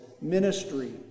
ministry